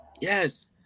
Yes